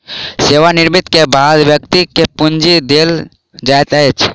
सेवा निवृति के बाद व्यक्ति के वृति पूंजी देल जाइत अछि